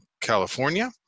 California